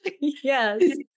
yes